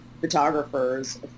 photographers